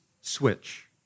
switch